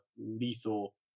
lethal